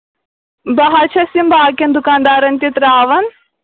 بہٕ حظ چھَس یِم باقٕین دُکاندارَن تہِ ترٛاوان